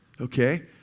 okay